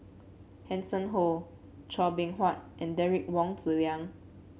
Hanson Ho Chua Beng Huat and Derek Wong Zi Liang